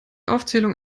aufzählung